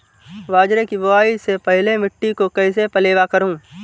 बाजरे की बुआई से पहले मिट्टी को कैसे पलेवा करूं?